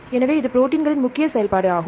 எனவே இந்த ப்ரோடீன்களின் முக்கிய செயல்பாடு ஆகும்